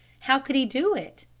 how could he do it?